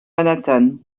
manhattan